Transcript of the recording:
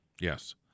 Yes